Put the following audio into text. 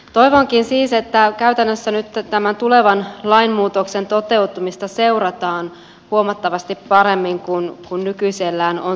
toivonkin siis että käytännössä nyt tämän tulevan lainmuutoksen toteutumista seurataan huomattavasti paremmin kuin nykyisellään on seurattu